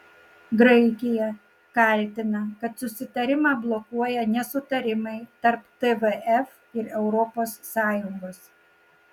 graikija kaltina kad susitarimą blokuoja nesutarimai tarp tvf ir europos sąjungos